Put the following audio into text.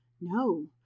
No